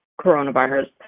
coronavirus